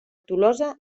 tolosa